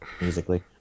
musically